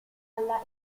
alla